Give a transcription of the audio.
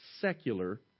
secular